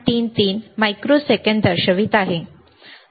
33 microsecond दर्शवित आहे